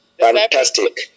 fantastic